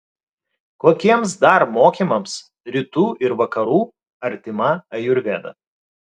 kokiems dar mokymams rytų ir vakarų artima ajurvedą